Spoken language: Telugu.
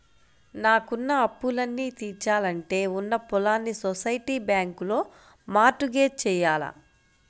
నాకున్న అప్పులన్నీ తీరాలంటే ఉన్న పొలాల్ని సొసైటీ బ్యాంకులో మార్ట్ గేజ్ జెయ్యాల